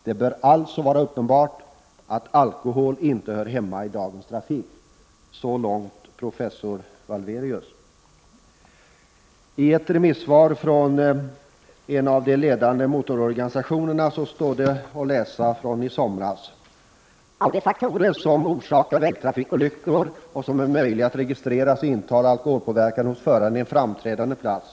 Det bör alltså vara uppenbart att alkohol inte hör hemma i dagens trafik.” I ett remissvar i somras från en av de ledande motororganisationerna står det att läsa: ”Av de faktorer, som orsakar vägtrafikolyckor och som är möjliga att ——— registrera, intar alkoholpåverkan hos föraren en framträdande plats.